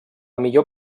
millor